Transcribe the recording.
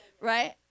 right